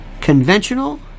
conventional